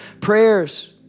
prayers